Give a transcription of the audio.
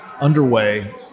underway